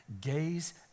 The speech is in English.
Gaze